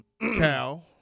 Cal